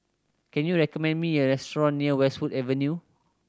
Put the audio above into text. can you recommend me a restaurant near Westwood Avenue